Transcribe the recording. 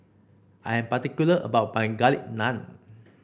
I am particular about my Garlic Naan